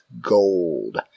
gold